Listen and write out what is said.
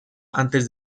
antes